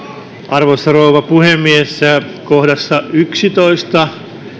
arvoisa rouva puhemies kohdissa yksitoista